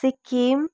Sikkim